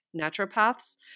naturopaths